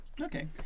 Okay